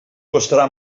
costarà